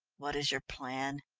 what is your plan?